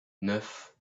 neuf